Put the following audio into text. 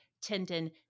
tendon